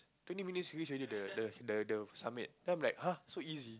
twenty minutes reach already the the the summit then I'm like [huh] so easy